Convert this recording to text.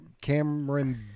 Cameron